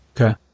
Okay